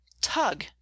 Tug